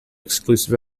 exclusive